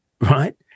right